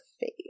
face